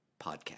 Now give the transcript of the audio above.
Podcast